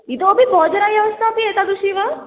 इतोपि भोजनव्यवस्था अपि एतादृशी वा